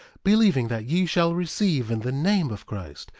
believing that ye shall receive in the name of christ,